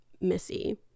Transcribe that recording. Missy